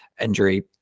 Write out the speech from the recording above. injury